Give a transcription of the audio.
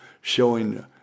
showing